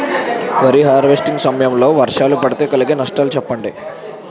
వరి హార్వెస్టింగ్ సమయం లో వర్షాలు పడితే కలిగే నష్టాలు చెప్పండి?